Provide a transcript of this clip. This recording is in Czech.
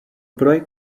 projekt